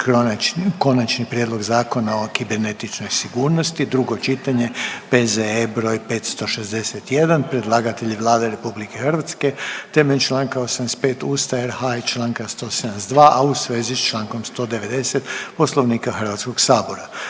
Konačni prijedlog zakona o kibernetičkoj sigurnosti, drugo čitanje, P.Z.E. br. 561. Predlagatelj je Vlada Republike Hrvatske. Temeljem članka 85. Ustava RH i članka 172. a u svezi sa člankom 190. Poslovnika Hrvatskog sabora.